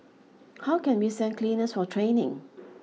how can we send cleaners for training